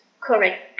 correct